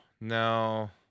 no